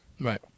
right